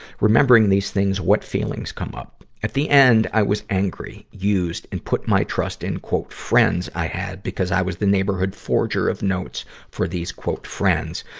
remembering these things, what feelings come up? at the end, i was angry, used, and put my trust in friends i had because i was the neighborhood forger of notes for these friends. friends.